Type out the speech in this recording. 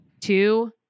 two